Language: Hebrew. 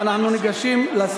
רבותי, אנחנו ניגשים,